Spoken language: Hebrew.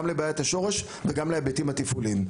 לבעיית השורש וגם להיבטים התפעוליים.